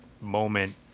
moment